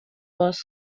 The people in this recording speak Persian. باز